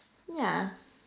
yeah